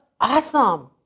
awesome